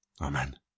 Amen